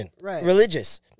religious